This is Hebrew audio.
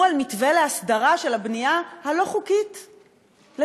על מתווה להסדרה של הבנייה הלא-חוקית שלהם,